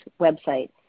website